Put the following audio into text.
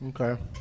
Okay